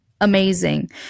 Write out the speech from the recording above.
amazing